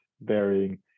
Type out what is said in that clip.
varying